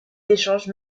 d’échanges